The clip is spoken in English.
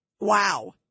Wow